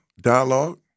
dialogue